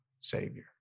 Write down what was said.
savior